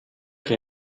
che